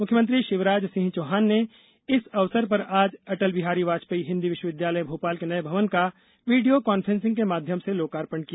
मुख्यमंत्री शिवराज सिंह चौहान ने इस अवसर पर आज अटल बिहारी वाजपेयी हिन्दी विश्वविद्यालय भोपाल के नए भवन का वीडियो कान्फ्रेंसिंग के माध्यम से लोकार्पण किया